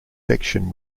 section